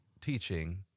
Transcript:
teaching